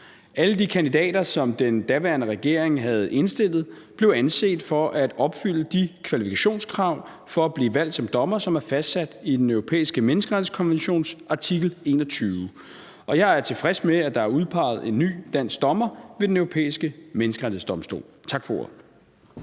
Alle de kandidater, som den daværende regering havde indstillet, blev anset for at opfylde de kvalifikationskrav for at blive valgt som dommer, som er fastsat i Den Europæiske Menneskerettighedskonventions artikel 21. Og jeg er tilfreds med, at der er udpeget en ny dansk dommer ved Den Europæiske Menneskerettighedsdomstol. Tak for ordet.